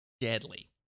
deadly